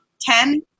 Ten